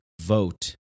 vote